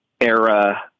era